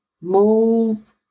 Move